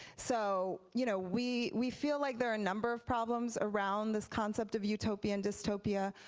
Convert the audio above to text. so you know we we feel like there are a number of problems around this concept of utopia and dystopia.